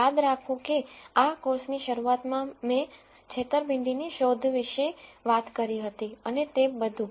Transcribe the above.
યાદ રાખો કે આ કોર્સની શરૂઆતમાં મેં બનાવટ ની શોધ વિશે વાત કરી હતી અને તે બધું